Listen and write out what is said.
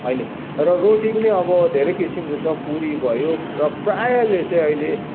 र रोटी पनि अब धेरै किसिमको छ पुरी भयो प्रायःले चै अहिले प्रायः